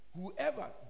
Whoever